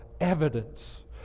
evidence